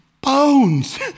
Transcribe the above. bones